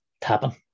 tapping